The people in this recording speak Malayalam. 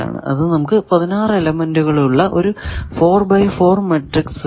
അത് നമുക്ക് 16 എലെമെന്റുകൾ ഉള്ള ഒരു 4 ബൈ 4 മാട്രിക്സ് തരുന്നു